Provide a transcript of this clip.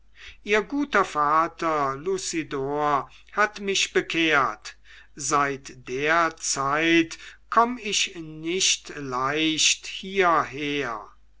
ihr guter vater lucidor hat mich bekehrt seit der zeit komm ich nicht leicht hierher